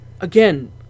again